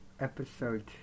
episode